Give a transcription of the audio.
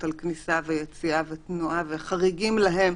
על כניסה ויציאה ותנועה וחריגים להם.